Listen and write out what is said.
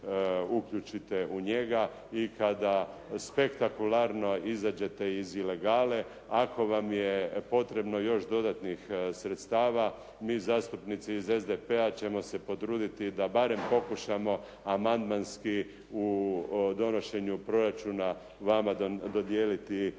uključite u njega i kada spektakularno izađete iz ilegale. Ako vam je potrebno još dodatnih sredstava, mi zastupnici iz SDP-a ćemo se potruditi da barem pokušamo amandmanski u donošenju proračuna vama dodijeliti veća sredstva